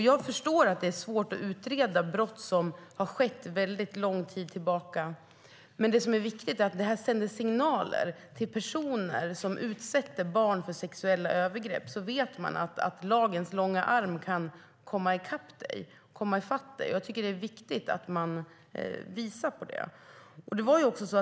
Jag förstår att det är svårt att utreda brott som har skett för väldigt länge sedan. Det som är viktigt är dock att det här sänder signaler till personer som utsätter barn för sexuella övergrepp - man vet att lagens långa arm kan komma ifatt en. Jag tycker att det är viktigt att vi visar det.